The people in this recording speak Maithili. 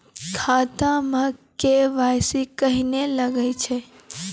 खाता मे के.वाई.सी कहिने लगय छै?